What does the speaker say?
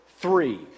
Three